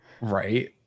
right